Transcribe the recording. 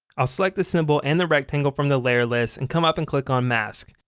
i'll select the symbol and the rectangle from the layer list and come up and click on mask.